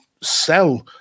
sell